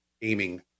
gaming